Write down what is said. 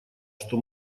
что